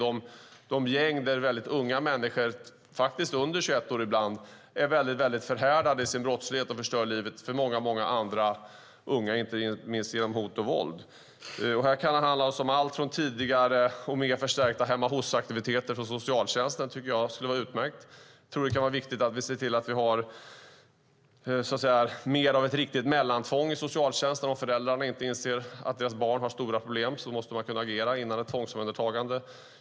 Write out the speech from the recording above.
Det är gäng där mycket unga människor, ibland under 21 år, är mycket förhärdade i sin brottslighet och förstör livet för många andra unga, inte minst genom hot och våld. Det kan handla om tidigare och mer förstärkta hemma-hos-aktiviteter från socialtjänsten. Det tycker jag skulle vara utmärkt. Jag tror att det är viktigt att vi har mer av ett riktigt mellantvång i socialtjänsten. Om föräldrarna inte inser att deras barn har stora problem måste man kunna agera innan ett tvångsomhändertagande.